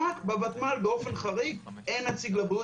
רק בוותמ"ל באופן חריג אין נציג לבריאות,